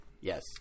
Yes